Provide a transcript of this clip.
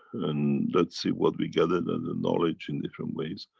and let's see what we gathered and the knowledge in different ways.